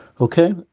okay